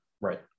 Right